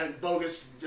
bogus